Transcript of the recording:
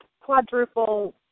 quadruple